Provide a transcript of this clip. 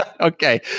Okay